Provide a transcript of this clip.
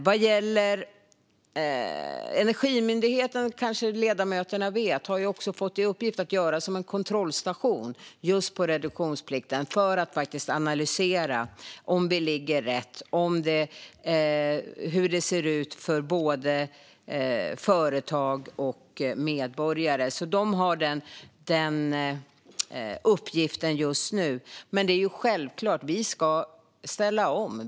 Som ledamöterna kanske vet har Energimyndigheten också fått i uppgift att göra en kontrollstation för reduktionsplikten för att analysera om vi ligger rätt och hur det ser ut för både företag och medborgare. Den uppgiften har de just nu. Det är självklart att vi ska ställa om.